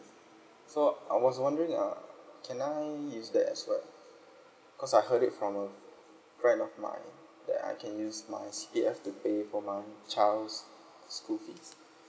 so I was wondering uh can use that as well cause I heard it from a friend of mine that I can use my C_P_F to pay for my child's school fees